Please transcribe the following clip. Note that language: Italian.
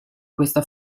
questa